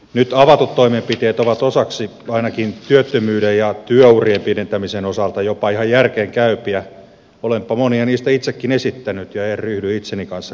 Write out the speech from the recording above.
nyt avatut toimenpiteet ovat osaksi ainakin työttömyyden ja työurien pidentämisen osalta jopa ihan järkeenkäypiä olenpa monia niistä itsekin esittänyt ja en ryhdy itseni kanssa riitelemään